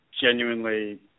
Genuinely